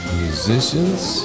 musicians